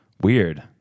Weird